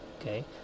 okay